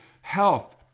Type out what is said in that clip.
health